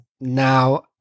now